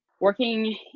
working